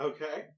Okay